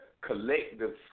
collective